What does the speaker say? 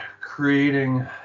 creating